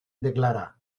declara